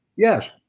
Yes